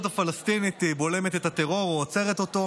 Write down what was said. הפלסטינית בולמת את הטרור או עוצרת אותו,